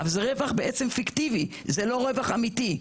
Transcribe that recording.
זה רווח פיקטיבי, זה לא רווח אמיתי.